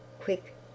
quick